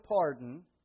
pardon